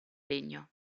legno